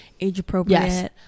age-appropriate